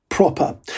Proper